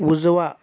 उजवा